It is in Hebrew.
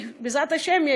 בעזרת השם,